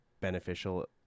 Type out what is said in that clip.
beneficial